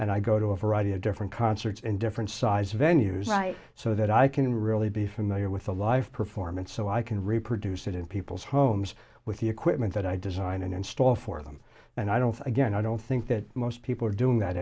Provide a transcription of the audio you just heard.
and i go to a variety of different concerts and different size venues right so that i can really be familiar with a live performance so i can reproduce it in people's homes with the equipment that i design and install for them and i don't again i don't think that most people are doing that